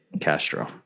Castro